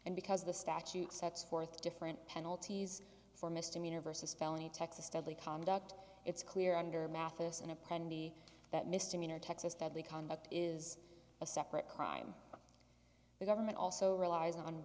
and because the statute sets forth different penalties for misdemeanor versus felony texas deadly conduct it's clear under matheson aplenty that mr texas deadly conduct is a separate crime the government also relies on